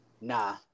Nah